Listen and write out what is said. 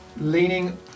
leaning